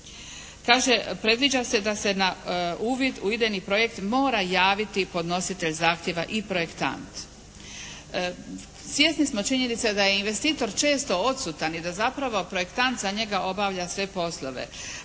kaže predviđa se da se na uvid u idejni projekt mora javiti podnositelj zahtjeva i projektant. Svjesni smo činjenice da je investitor često odsutan i da zapravo projektant za njega obavlja sve poslove,